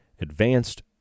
advanced